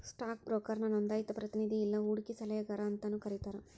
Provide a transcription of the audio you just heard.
stock ಬ್ರೋಕರ್ನ ನೋಂದಾಯಿತ ಪ್ರತಿನಿಧಿ ಇಲ್ಲಾ ಹೂಡಕಿ ಸಲಹೆಗಾರ ಅಂತಾನೂ ಕರಿತಾರ